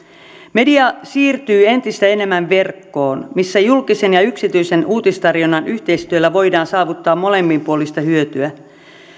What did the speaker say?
media siirtyy entistä enemmän verkkoon missä julkisen ja yksityisen uutistarjonnan yhteistyöllä voidaan saavuttaa molemminpuolista hyötyä